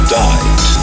died